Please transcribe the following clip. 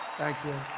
thank you.